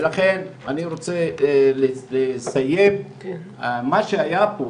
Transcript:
ולכן אני רוצה לסיים, מה שהיה פה